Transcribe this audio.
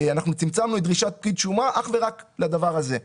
אנחנו צמצמנו את דרישת פקיד שומה אך ורק לדבר הזה.